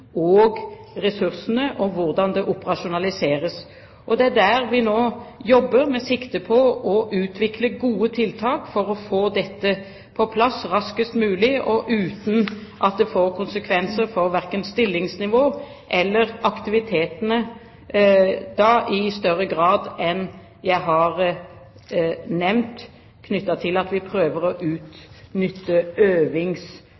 og ressursene og hvordan det operasjonaliseres. Der jobber vi nå med sikte på å utvikle gode tiltak for å få dette på plass raskest mulig, og uten at det får konsekvenser verken for stillingsnivået eller aktivitetene i større grad enn det jeg har nevnt, knyttet til at vi prøver å